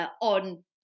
on